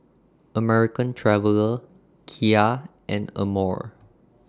American Traveller Kia and Amore